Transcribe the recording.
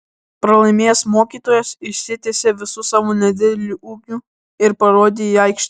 pralaimėjęs mokytojas išsitiesė visu savo nedideliu ūgiu ir parodė į aikštę